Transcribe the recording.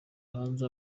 hanze